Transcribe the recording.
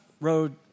road